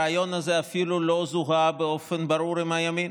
הרעיון הזה אפילו לא זוהה באופן ברור עם הימין.